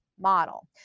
model